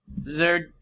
Zerd